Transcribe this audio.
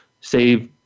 save